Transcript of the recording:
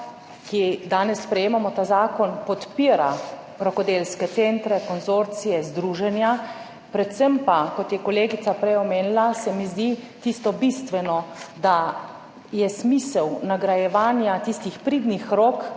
ki danes sprejemamo ta zakon, podpira rokodelske centre, konzorcije, združenja, predvsem pa, kot je kolegica prej omenila se mi zdi tisto bistveno, da je smisel nagrajevanja tistih pridnih rok,